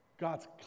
God's